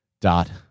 dot